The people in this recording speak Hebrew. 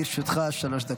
לרשותך שלוש דקות.